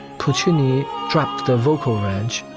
cushiony trapped, a vocal range